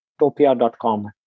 topia.com